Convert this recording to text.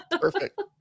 Perfect